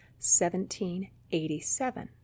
1787